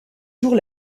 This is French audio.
jours